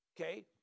okay